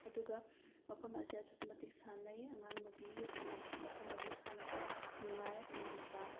ꯑꯗꯨꯒ ꯃꯐꯝ ꯑꯁꯦ ꯑꯁꯨꯛꯀꯤ ꯃꯇꯤꯛ ꯁꯥꯟꯅꯩ ꯑꯉꯥꯡ ꯅꯨꯄꯤꯒꯤ ꯃꯐꯝ ꯑꯁꯤꯗ ꯁꯥꯟꯅꯕ ꯅꯨꯡꯉꯥꯏ ꯑꯉꯥꯡ ꯃꯆꯥ